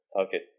Okay